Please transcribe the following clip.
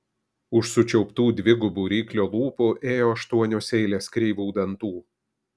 už sučiauptų dvigubų ryklio lūpų ėjo aštuonios eilės kreivų dantų